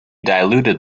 diluted